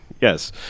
Yes